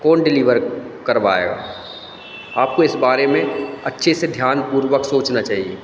कौन डिलीवर करवाएगा आपको इस बारे में अच्छे से ध्यानपूर्वक सोचना चाहिए